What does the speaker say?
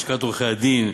לשכת עורכי-הדין,